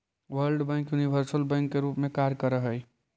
world bank universal bank के रूप में कार्य करऽ हइ